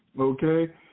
Okay